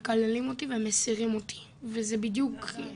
מקללים אותי ומסירים אותי וזה בדיוק.